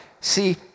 See